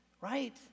right